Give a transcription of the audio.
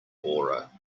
aura